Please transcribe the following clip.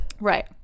Right